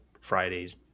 Friday's